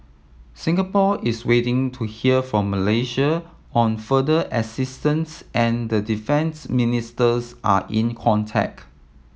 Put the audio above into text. Singapore is waiting to hear from Malaysia on further assistance and defence ministers are in contact